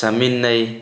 ꯆꯥꯃꯤꯟꯅꯩ